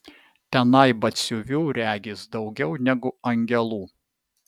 tenai batsiuvių regis daugiau negu angelų